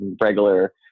regular